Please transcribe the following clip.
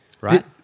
right